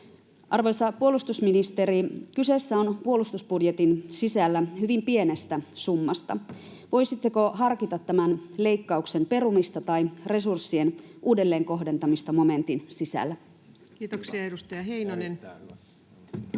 Arvoisa puolustusministeri, kyse on puolustusbudjetin sisällä hyvin pienestä summasta. Voisitteko harkita tämän leikkauksen perumista tai resurssien uudelleenkohdentamista momentin sisällä? [Speech 99] Speaker: